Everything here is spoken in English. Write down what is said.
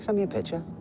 so me a picture.